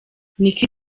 nick